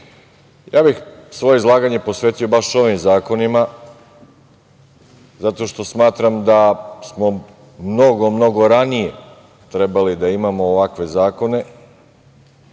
bih svoje izlaganje posvetio baš ovim zakonima, zato što smatram da smo mnogo, mnogo ranije trebali da imamo ovakve zakone,